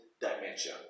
dimension